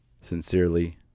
Sincerely